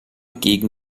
gegen